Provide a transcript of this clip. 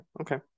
Okay